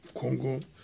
Congo